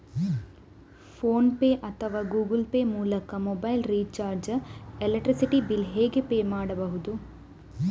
Phone pay ಅಥವಾ Google pay ಮೂಲಕ mobile recharge, electricity bill ಹೇಗೆ ಪೇ ಮಾಡುವುದು?